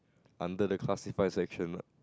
under the classify section lah